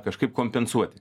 kažkaip kompensuoti